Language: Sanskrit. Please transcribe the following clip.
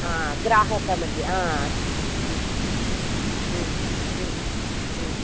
हा ग्राहकमध्ये अस्तु